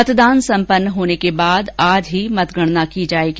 मतदान सम्पन्न होने के बाद आज ही मतगणना की जायेगी